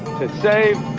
to save,